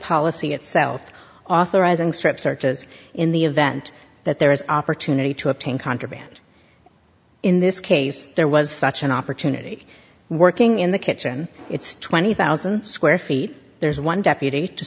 policy itself authorizing strip searches in the event that there is opportunity to obtain contraband in this case there was such an opportunity working in the kitchen it's twenty thousand square feet there's one deputy to